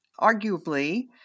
arguably